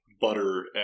butter